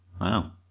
Wow